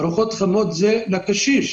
ארוחות חמות מיועדות לקשישים.